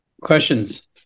Questions